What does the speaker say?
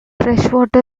freshwater